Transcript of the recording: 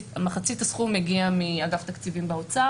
מחצית הסכום מגיע מאגף תקציבים באוצר